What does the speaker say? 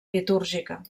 litúrgica